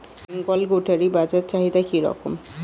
বেঙ্গল গোটারি বাজার চাহিদা কি রকম?